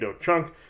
Chunk